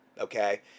okay